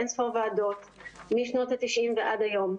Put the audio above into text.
באין-ספור ועדות משנות ה-90' ועד היום.